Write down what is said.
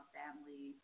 family